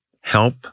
help